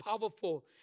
powerful